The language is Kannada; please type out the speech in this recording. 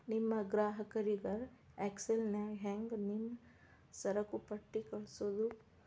ನಿಮ್ ಗ್ರಾಹಕರಿಗರ ಎಕ್ಸೆಲ್ ನ್ಯಾಗ ಹೆಂಗ್ ನಿಮ್ಮ ಸರಕುಪಟ್ಟಿ ಕಳ್ಸೋದು?